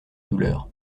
douleur